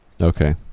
okay